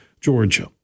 Georgia